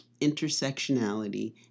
intersectionality